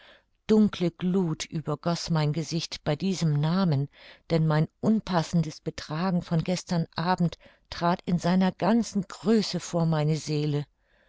dunkle gluth übergoß mein gesicht bei diesem namen denn mein unpassendes betragen von gestern abend trat in seiner ganzen größe vor meine seele